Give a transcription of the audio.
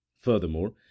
Furthermore